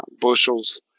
bushels